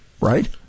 right